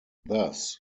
thus